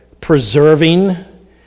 preserving